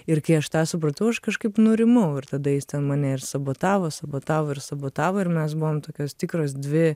ir kai aš tą supratau aš kažkaip nurimau ir tada jis ten mane ir sabotavo sabotavo ir sabotavo ir mes buvom tokios tikros dvi